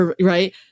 right